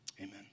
Amen